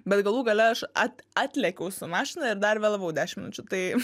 bet galų gale aš at atlekiau su mašina ir dar vėlavau dešimt minučių tai